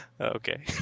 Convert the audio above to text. Okay